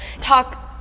talk